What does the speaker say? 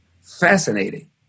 fascinating